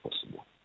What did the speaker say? possible